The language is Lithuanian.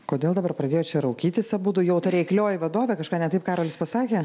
kodėl dabar pradėjot čia raukytis abudu jau ta reiklioji vadovė kažką ne taip karolis pasakė